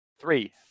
Three